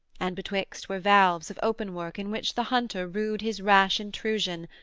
and betwixt were valves of open-work in which the hunter rued his rash intrusion,